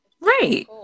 right